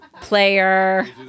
player